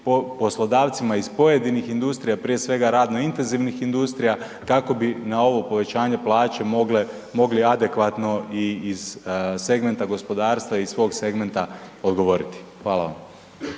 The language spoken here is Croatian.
poslodavcima iz pojedinih industrija, prije svega radno intenzivnih industrija, kako bi na ovo povećanje plaće mogli adekvatno i iz segmenta gospodarstva i iz svog segmenta odgovoriti. Hvala vam.